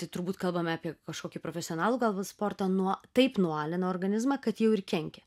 tai turbūt kalbame apie kažkokį profesionalų galbūt sportą nuo taip nualina organizmą kad jau ir kenkia